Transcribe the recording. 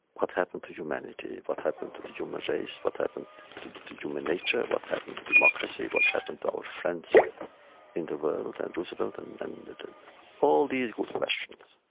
what happened to humanity? what happened to the human race? what happened to to human nature? what happened to democracy? what happened to our friends in the world, and roosevelt and and all these good questions.